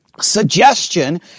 suggestion